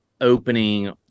opening